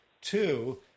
Two